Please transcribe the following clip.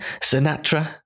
Sinatra